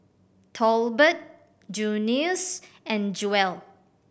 Tolbert Junius and Jewell